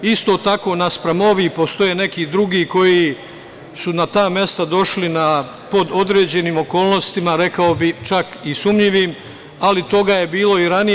Isto tako, naspram ovih, postoje neki drugi koji su na ta mesta došli pod određenim okolnostima, rekao bih, čak i sumnjivim, ali toga je bilo i ranije.